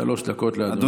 שלוש דקות לאדוני.